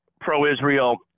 pro-Israel